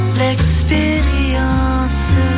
l'expérience